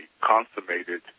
consummated